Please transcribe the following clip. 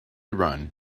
run